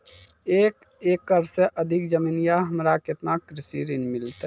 एक एकरऽ से अधिक जमीन या हमरा केतना कृषि ऋण मिलते?